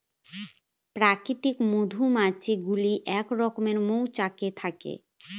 প্রাথমিক মধুমাছি গুলো এক রকমের মৌচাকে থাকে